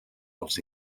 als